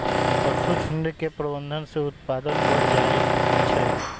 पशुझुण्ड के प्रबंधन से उत्पादन बढ़ जाइ छइ